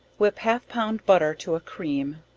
whip half pound butter to a cream,